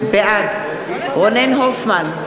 בעד רונן הופמן,